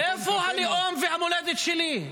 איפה הלאום והמולדת שלי?